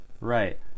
Right